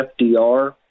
FDR